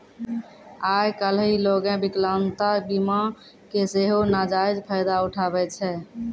आइ काल्हि लोगें विकलांगता बीमा के सेहो नजायज फायदा उठाबै छै